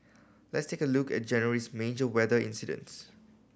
let's take a look at January's major weather incidents